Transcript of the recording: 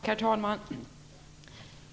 Herr talman!